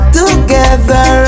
together